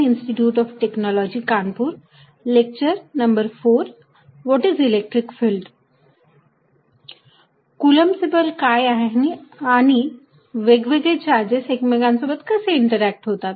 कूलम्बचे बल Coulomb' force काय आहे आणि वेगवेगळे चार्जेस एकमेकांसोबत कसे इंटरॅक्ट होतात